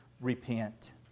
repent